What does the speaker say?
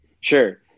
sure